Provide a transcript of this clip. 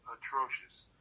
atrocious